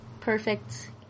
Perfect